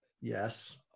yes